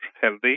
healthy